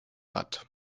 hat